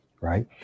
right